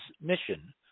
mission